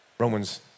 Romans